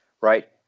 right